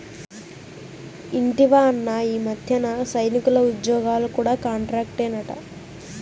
ఇంటివా అన్నా, ఈ మధ్యన సైనికుల ఉజ్జోగాలు కూడా కాంట్రాక్టేనట